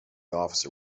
officer